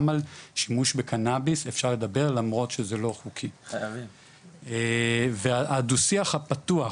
גם על שימוש בקנאביס אפשר לדבר למרות שזה לא חוקי והדו שיח הפתוח,